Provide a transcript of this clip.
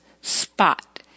spot